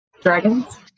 dragons